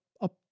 up